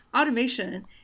Automation